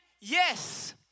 Yes